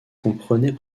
comprenait